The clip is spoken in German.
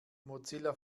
mozilla